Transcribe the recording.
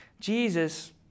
Jesus